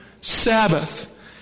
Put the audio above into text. Sabbath